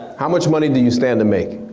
how much money do you stand to make?